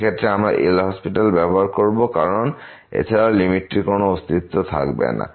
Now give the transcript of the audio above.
এই ক্ষেত্রে আমরা এল হসপিটাল ব্যবহার করব কারণ এছাড়া লিমিটটির কোন অস্তিত্ব থাকবে না